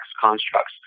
constructs